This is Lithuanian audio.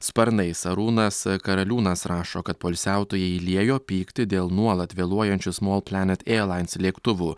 sparnais arūnas karaliūnas rašo kad poilsiautojai liejo pyktį dėl nuolat vėluojančių smol planet ierlains lėktuvų